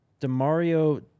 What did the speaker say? DeMario